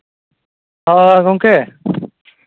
ᱦᱳᱭ ᱜᱚᱢᱠᱮ